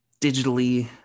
digitally